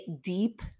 deep